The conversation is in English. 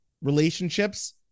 relationships